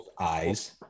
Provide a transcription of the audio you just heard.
eyes